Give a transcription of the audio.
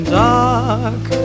dark